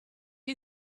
you